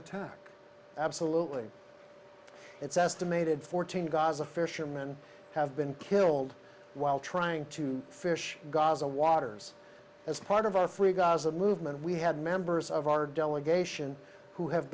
attack absolutely it's estimated fourteen gaza fishermen have been killed while trying to fish gaza waters as part of our free gaza movement we had members of our delegation who have